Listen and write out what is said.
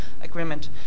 agreement